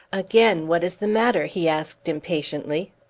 again, what is the matter? he asked impatiently.